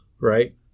right